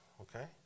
okay